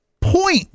point